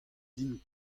din